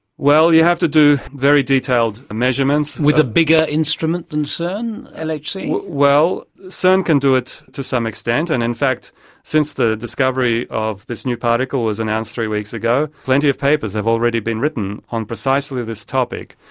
well, you have to do very detailed measurements. with a bigger instrument than cern, ah like lhc? well, cern can do it to some extent, and in fact since the discovery of this new particle was announced three weeks ago, plenty of papers have already been written on precisely this topic,